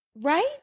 Right